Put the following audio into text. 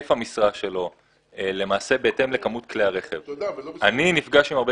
היקף המשרה שלו למעשה בכמות כלי הרכב - אני נפגש עם הרבה